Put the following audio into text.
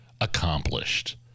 accomplished